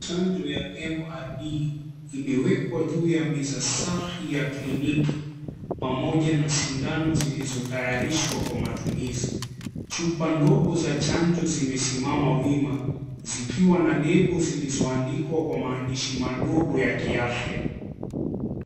Chanjo ya MRD imewekwa juu ya meza safi ya kliniki pamoja na sindano zilizotayarishwa kwa matumizi. Chupa ndogo za chanjo zimesimama wima zikiwa na lable zilizoandikwa kwa maandishi madogo ya kiafya.